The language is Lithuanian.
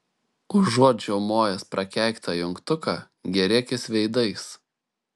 užuot žiaumojęs prakeiktą jungtuką gėrėkis veidais